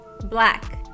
Black